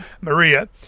Maria